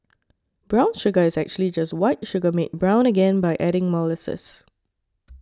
brown sugar is actually just white sugar made brown again by adding molasses